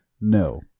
No